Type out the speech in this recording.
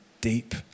deep